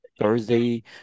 Thursday